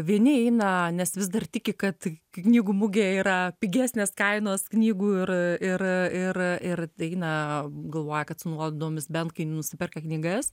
vieni eina nes vis dar tiki kad knygų mugėje yra pigesnės kainos knygų ir a ir a ir a ir eina galvoja kad su nuolaidomis bent kai nusiperka knygas